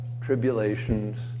tribulations